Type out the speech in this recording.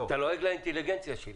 אתה לועג לאינטליגנציה שלי.